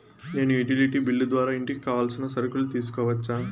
నేను utility bill ద్వారా ఇంటికి కావాల్సిన సరుకులు తీసుకోవచ్చా?